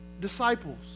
disciples